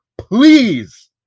Please